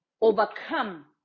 overcome